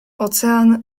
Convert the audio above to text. ocean